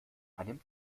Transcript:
einem